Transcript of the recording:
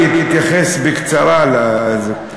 אני מודה.